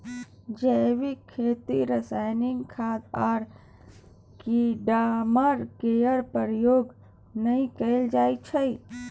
जैबिक खेती रासायनिक खाद आ कीड़ामार केर प्रयोग नहि कएल जाइ छै